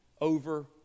over